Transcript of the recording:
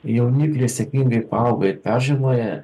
jaunikliai sėkmingai paauga ir peržiemoja